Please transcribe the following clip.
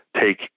take